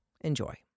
Enjoy